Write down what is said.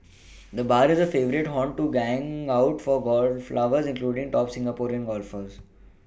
the bar is a favourite haunt to hang out for golf lovers including top Singapore golfers